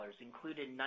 included